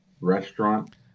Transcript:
restaurant